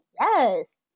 yes